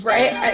Right